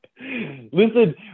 listen